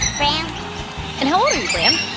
bram and how old are you, bram?